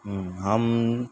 ہم